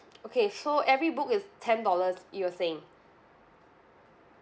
okay so every book is ten dollars you're saying